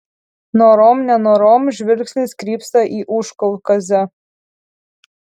norom nenorom žvilgsnis krypsta į užkaukazę